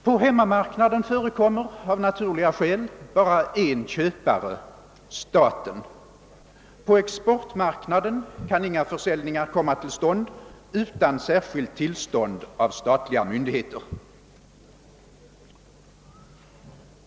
På hemmamarknaden förekommer av naturliga skäl bara en köpare, staten, och på exportmarknaden kan inga försäljningar komma till stånd utan särskilt tillstånd av statliga myndigheter.